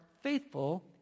faithful